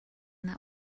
that